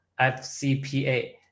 FCPA